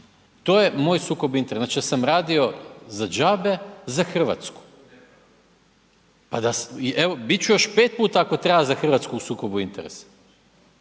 to je moj sukob interesa, znači da sam radio za džabe za Hrvatsku. Evo bit ću još pet puta ako treba za Hrvatsku u sukobu interesa,